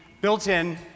built-in